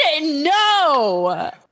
no